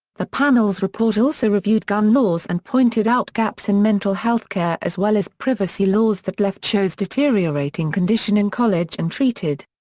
the panel's report also reviewed gun laws and pointed out gaps in mental health care as well as privacy laws that left cho's deteriorating condition in college untreated.